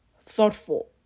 thoughtful